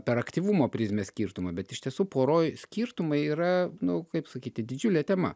per aktyvumo prizmę skirtumą bet iš tiesų poroj skirtumai yra nu kaip sakyti didžiulė tema